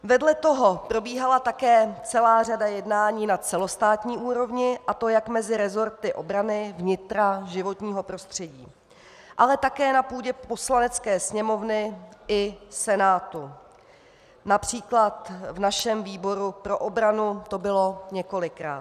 Vedle toho probíhala také celá řada jednání na celostátní úrovni, a to jak mezi resorty obrany, vnitra, životního prostředí, ale také na půdě Poslanecké sněmovny i Senátu, například v našem výboru pro obranu to bylo několikrát.